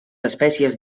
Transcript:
espècies